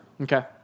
Okay